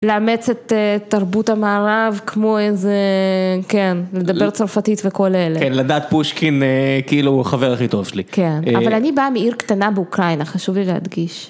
לאמץ את תרבות המערב כמו איזה, כן, לדבר צרפתית וכל אלה. כן, לדעת פושקין כאילו הוא החבר הכי טוב שלי. כן, אבל אני באה מעיר קטנה באוקראינה, חשוב לי להדגיש.